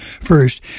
First